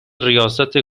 ریاست